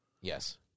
Yes